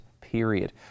Period